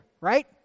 right